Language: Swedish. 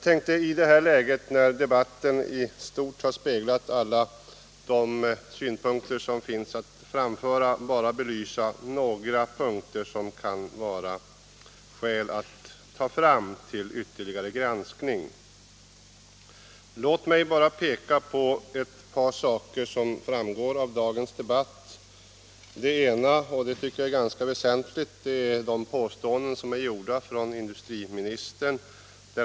I det här läget, när debatten i stort sett har speglat alla de synpunkter som finns att anföra, tänkte jag bara belysa några punkter som det kan finnas skäl att ta fram till ytterligare granskning. Låt mig peka på ett par saker som framgår av dagens debatt. Den ena — och jag tycker den är ganska väsentlig — gäller de påpekanden som gjorts av industriministern.